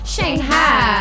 Shanghai